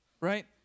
right